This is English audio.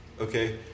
Okay